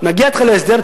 נגיע אתך להסדר,